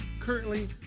Currently